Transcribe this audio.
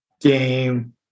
game